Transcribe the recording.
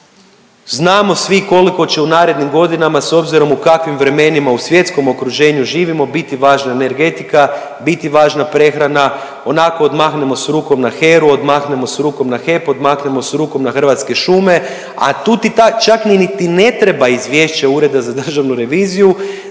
Znamo svi koliko će u narednim godinama, s obzirom u kakvim vremenima u svjetskom okruženju živimo, biti važna energetika, biti važna prehrana, onako odmahnemo s rukom na HERA-u, odmahnemo s rukom na HEP, odmahnemo s rukom na Hrvatske šume, a tu ti ta čak niti ne treba izvješće Ureda za državnu reviziju